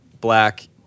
black